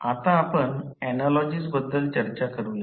आता आपण ऍनालॉजीस बद्दल चर्चा करूया